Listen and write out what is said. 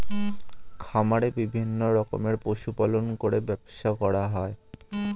খামারে বিভিন্ন রকমের পশু পালন করে ব্যবসা করা হয়